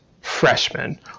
freshman